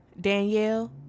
Danielle